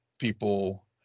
people